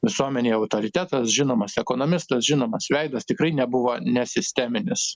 visuomenėje autoritetas žinomas ekonomistas žinomas veidas tikrai nebuvo nesisteminis